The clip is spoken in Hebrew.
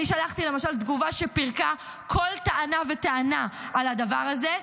אני שלחתי תגובה שפירקה כל טענה וטענה על הדבר הזה.